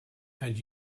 and